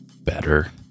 better